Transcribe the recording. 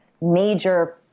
major